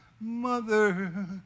mother